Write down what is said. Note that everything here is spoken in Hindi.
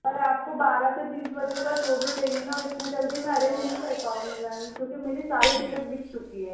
पर आपको बारह से तीन बजे का सो भी चाहिए न और इतनी जल्दी मैं अरेंज नहीं कर पाऊँगी मैम क्योंकि मेरी सारी टिकेट बिक चुकी है